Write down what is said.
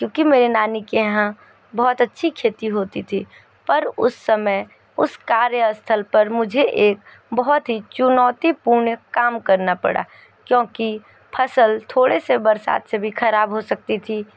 क्योंकि मेरे नानी के यहाँ बहुत अच्छी खेती होती थी पर उस समय उस कार्य स्थल पर मुझे एक बहुत ही चुनौतीपूर्ण काम करना पड़ा क्योंकि फसल थोड़े से बरसात से भी खराब हो सकती थी